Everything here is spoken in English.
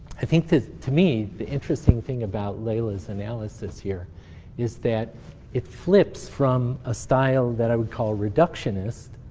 i think that, to me, the interesting thing about leila's analysis here is that it flips from a style that i would call reductionist.